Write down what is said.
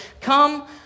Come